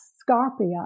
Scarpia